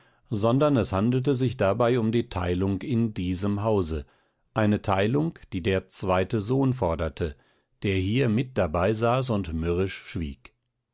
sondern es handelte sich dabei um die teilung in diesem hause eine teilung die der zweite sohn forderte der hier mit dabei saß und mürrisch schwieg